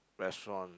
restaurant